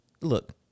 Look